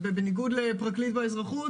בניגוד לפרקליט באזרחות,